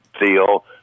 deal